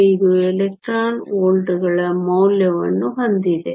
05 electron ವೋಲ್ಟ್ಗಳ ಮೌಲ್ಯವನ್ನು ಹೊಂದಿದೆ